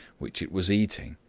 which it was eating.